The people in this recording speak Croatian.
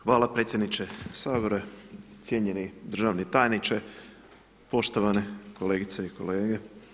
Hvala predsjedniče Sabora, cijenjeni državni tajniče, poštovane kolegice i kolege.